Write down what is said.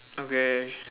okay